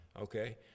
Okay